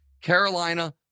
Carolina